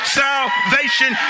salvation